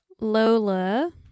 Lola